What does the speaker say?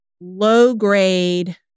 low-grade